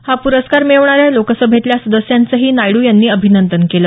हा प्रस्कार मिळवणाऱ्या लोकसभेतल्या सदस्यांचंही नायडू यांनी अभिनंदन केलं